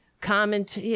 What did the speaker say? comment